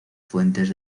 fuentes